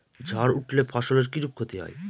ঝড় উঠলে ফসলের কিরূপ ক্ষতি হয়?